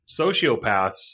sociopaths